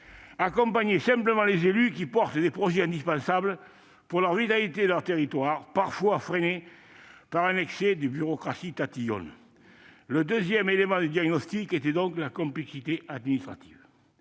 accompagnement des élus portant des projets indispensables pour la vitalité de leur territoire, qui sont parfois freinés par un excès de bureaucratie tatillonne. Le deuxième élément du diagnostic était la complexité administrative.